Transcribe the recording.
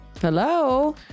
hello